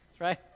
Right